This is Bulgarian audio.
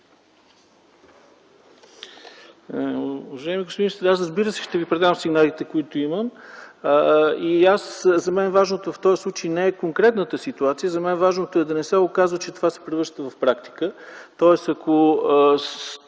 Уважаеми господин министър, разбира се, че аз ще Ви предам сигналите, които имам. За мен важното в този случай не е конкретната ситуация, за мен важното е да не се окаже, че това се превръща в практика. Тоест, ако